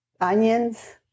onions